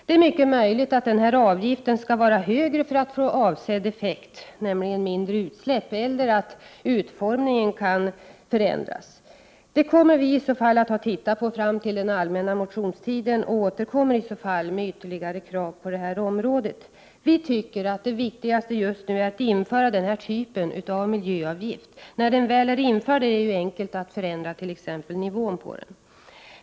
Det är möjligt att denna avgift skall vara högre för att få avsedd effekt, nämligen mindre utsläpp, eller att utformningen kan förändras. Det kommer viiså fall att ha tittat på fram till den allmänna motionstiden och återkommer i så fall med ytterligare krav på detta område. Vi tycker att det viktigaste just nu är att införa den här typen av miljöavgift. När den väl är införd är det enkelt att förändra t.ex. nivån på den.